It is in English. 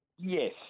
Yes